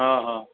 हा हा